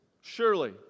Surely